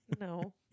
No